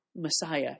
Messiah